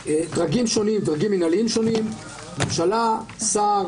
צריך לומר שהתביעה תהיה כפופה --- אבל זה ברור.